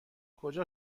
کجا